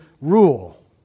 rule